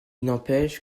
n’empêche